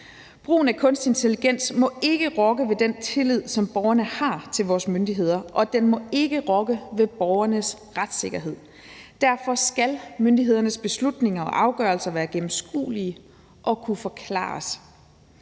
Brugen af kunstig intelligens må ikke rokke ved den tillid, som borgerne har til vores myndigheder, og den må ikke rokke ved borgernes retssikkerhed. Derfor skal myndighedernes beslutninger og afgørelser være gennemskuelige og kunne forklares.